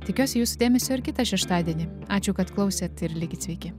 tikiuosi jūsų dėmesio ir kitą šeštadienį ačiū kad klausėt ir likit sveiki